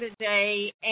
today